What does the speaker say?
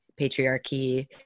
patriarchy